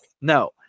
no